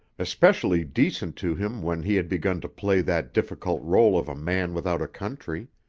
especially decent to him when he had begun to play that difficult role of a man without a country.